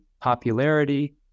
popularity